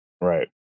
Right